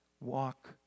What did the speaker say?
walk